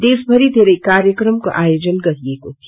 देशभरी धेरै कार्यक्रमको आयोजन गरिएको थियो